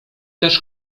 też